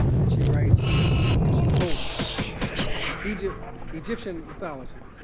and she writes she quotes in egypt egyptian mythology,